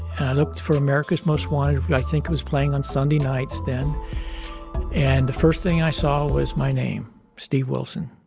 and i looked for america's most wanted. i think it was playing on sunday nights then and the first thing i saw was my name steve wilson.